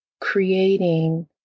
creating